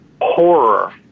horror